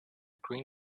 green